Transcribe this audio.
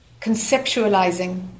conceptualizing